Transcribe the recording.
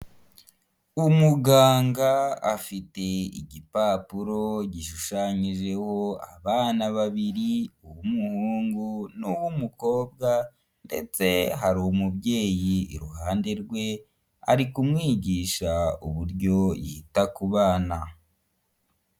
Umuganga afite igipapuro gishushanyijeho abana babiri uw'umuhungu, n'uw'umukobwa ndetse hari umubyeyi iruhande rwe arikumwigisha uburyo yita ku bana.